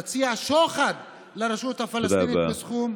תציע שוחד לרשות הפלסטינית בסכום,